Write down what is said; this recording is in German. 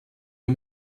der